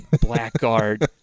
Blackguard